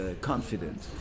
confident